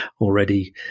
already